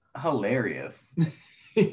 hilarious